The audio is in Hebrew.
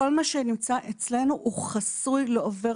כל מה שנמצא אצלנו הוא חסוי - לא עובר